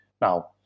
now